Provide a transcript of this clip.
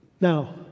Now